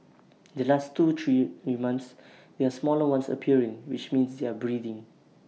the last two three in months there are smaller ones appearing which means they are breeding